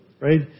right